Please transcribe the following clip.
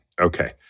Okay